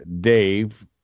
Dave